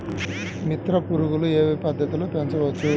మిత్ర పురుగులు ఏ పద్దతిలో పెంచవచ్చు?